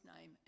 name